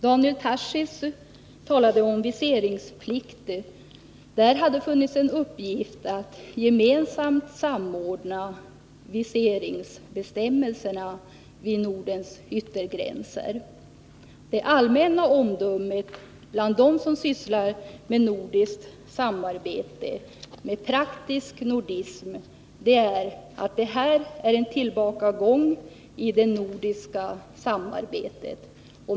Daniel Tarschys talade om viseringsplikt. Där hade det varit en uppgift att samordna viseringsbestämmelserna vid nordens yttergränser. Det allmänna omdömet bland dem som sysslar med nordiskt samarbete, med praktisk nordism, är att det här är en tillbakagång i det nordiska samarbetet.